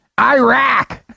Iraq